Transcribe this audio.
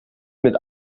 mit